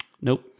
Nope